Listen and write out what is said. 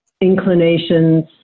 inclinations